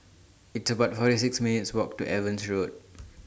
It's about forty six minutes' Walk to Evans Road